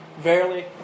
verily